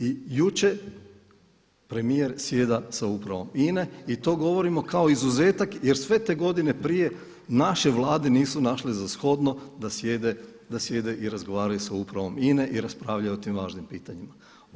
I jučer premijer sjeda sa upravom INA-e i to govorimo kao izuzetak jer sve te godine prije naše Vlade nisu našle za shodno da sjede i razgovaraju sa upravom INA-e i raspravljaju o tim važnim pitanjima.